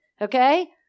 Okay